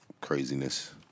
Craziness